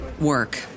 work